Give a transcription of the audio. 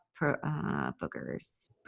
boogers